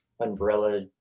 umbrella